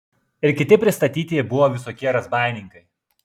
ir kiti pristatytieji buvo visokie razbaininkai